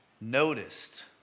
Noticed